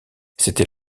c’était